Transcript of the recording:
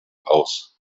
aus